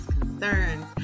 concerns